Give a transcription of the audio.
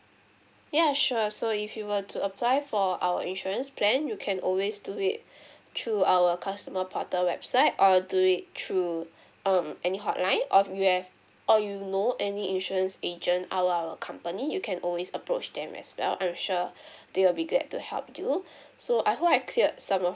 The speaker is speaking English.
ya sure so if you want to apply for our insurance plan you can always do it through our customer portal website or do it through um any hotline or you have or you know any insurance agent of our company you can always approach them as well I'm sure they will be glad to help you so I hope I cleared some of